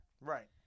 Right